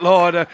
Lord